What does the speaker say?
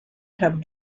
have